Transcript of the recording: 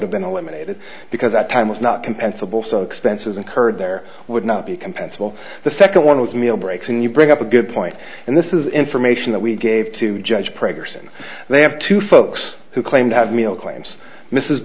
have been eliminated because that time was not compensable so expenses incurred there would not be compensable the second one was meal breaks and you bring up a good point and this is information that we gave to judge preggers and they have two folks who claim to have meal claims mrs